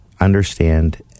understand